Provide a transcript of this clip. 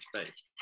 space